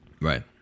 Right